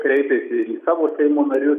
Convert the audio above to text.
kreipėsi ir į savo seimo narius